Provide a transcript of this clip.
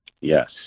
Yes